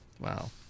Wow